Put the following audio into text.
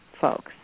folks